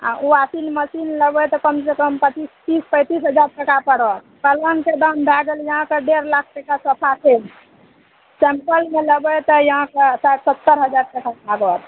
आओर washing machine लेबै तऽ कमसे कम पचीस तीस पैँतिस हजार टका पड़त पलङ्गके दाम भए गेल अहाँके डेढ़ लाख टका सोफाके सिम्पलमे लेबै तऽ अहाँकेँ साठि सत्तरि हजार टका लागत